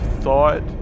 thought